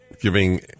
giving